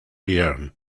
leone